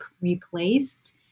replaced